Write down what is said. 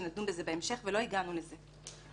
אבל לא הגענו לזה.